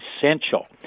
essential